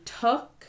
took